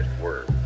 word